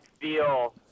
feel